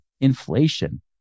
inflation